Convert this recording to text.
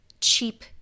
cheap